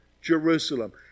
Jerusalem